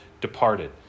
departed